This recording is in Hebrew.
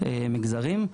מגזרים,